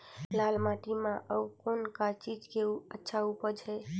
लाल माटी म अउ कौन का चीज के अच्छा उपज है?